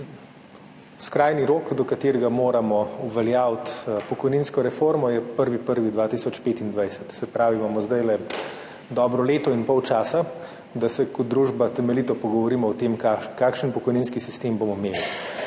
Skrajni rok, do katerega moramo uveljaviti pokojninsko reformo, je 1. 1. 2025, se pravi, imamo zdajle dobro leto in pol časa, da se kot družba temeljito pogovorimo o tem, kakšen pokojninski sistem bomo imeli.